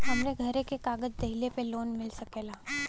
हमरे घरे के कागज दहिले पे लोन मिल सकेला?